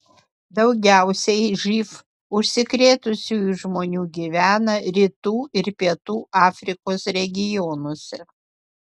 daugiausiai živ užsikrėtusiųjų žmonių gyvena rytų ir pietų afrikos regionuose